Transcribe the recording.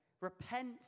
Repent